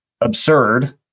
absurd